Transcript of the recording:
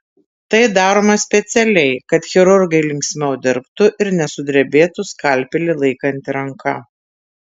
tai daroma specialiai kad chirurgai linksmiau dirbtų ir nesudrebėtų skalpelį laikanti ranka